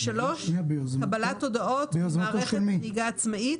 (3)קבלת הודעות ממערכת הנהיגה העצמאית,